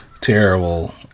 Terrible